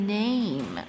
name